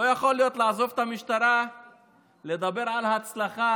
לא יכול להיות לעזוב את המשטרה לדבר על ההצלחה